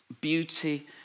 beauty